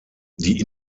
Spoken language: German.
die